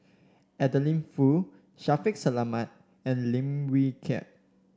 Adeline Foo Shaffiq Selamat and Lim Wee Kiak